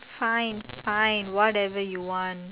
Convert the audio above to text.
fine fine whatever you want